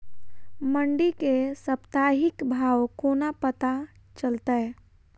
मंडी केँ साप्ताहिक भाव कोना पत्ता चलतै?